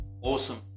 awesome